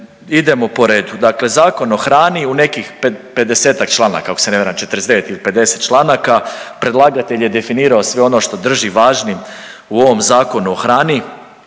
Idemo po redu, dakle Zakon o hrani u nekih 50-ak članaka, ako se ne varam, 49 ili 50 članaka, predlagatelj je definirao sve ono što drži važnim u ovom Zakonu o hrani,